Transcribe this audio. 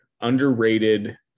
underrated